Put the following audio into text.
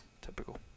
Typical